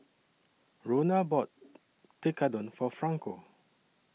Rona bought Tekkadon For Franco